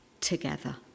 together